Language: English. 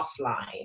offline